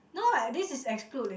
no what this is exclude leh